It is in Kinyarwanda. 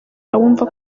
abumva